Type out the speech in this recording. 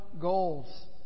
goals